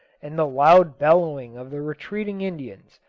and the loud bellowing of the retreating indians,